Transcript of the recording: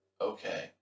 okay